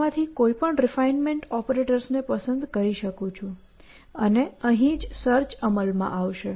હું આમાંથી કોઈ પણ રિફાઇનમેન્ટ ઓપરેટર્સ ને પસંદ કરી શકું અને અહીં જ સર્ચ અમલમાં આવશે